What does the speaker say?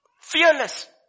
Fearless